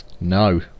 No